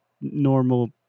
normal